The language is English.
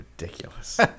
ridiculous